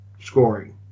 scoring